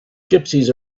gypsies